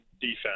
defense